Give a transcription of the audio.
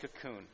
cocoon